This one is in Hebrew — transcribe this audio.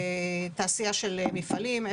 בתעשייה של מפעלים,